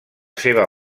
seva